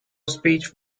speech